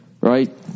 right